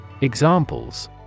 Examples